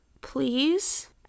please